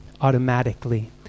automatically